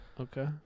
Okay